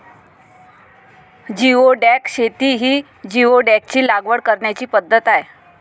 geoduck शेती ही जिओडॅकची लागवड करण्याची पद्धत आहे